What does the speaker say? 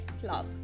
Club